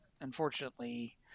unfortunately